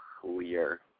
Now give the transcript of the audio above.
clear